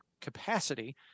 capacity